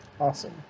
Awesome